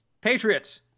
Patriots